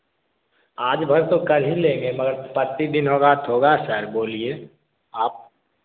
आज भर तो कर ही लेंगे मगर होगा तो होगा सर बोलिए आप